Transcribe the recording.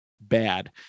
bad